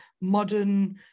modern